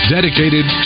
Dedicated